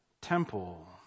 temple